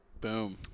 Boom